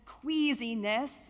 queasiness